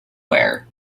ware